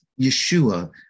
Yeshua